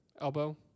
elbow